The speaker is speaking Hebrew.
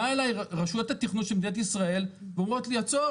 באו אליי רשויות התכנון של מדינת ישראל ואמרו לי לעצור